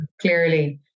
clearly